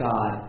God